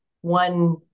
one